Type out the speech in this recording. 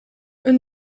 een